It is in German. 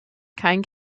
kein